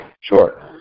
Sure